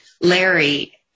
Larry